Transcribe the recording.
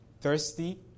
thirsty